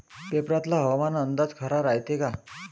पेपरातला हवामान अंदाज खरा रायते का?